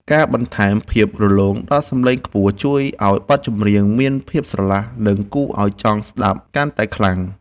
ការបន្ថែមភាពរលោងដល់សំឡេងខ្ពស់ជួយឱ្យបទចម្រៀងមានភាពស្រឡះ និង គួរឱ្យចង់ស្ដាប់កាន់តែខ្លាំង។